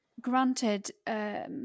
granted